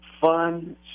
fun